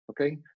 okay